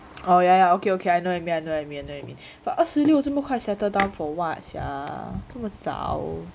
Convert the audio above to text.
oh ya ya okay okay I know what you mean I know what you mean but 二十六这么快 settle down for what sia 这么早